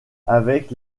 avec